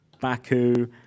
Baku